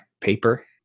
paper